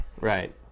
Right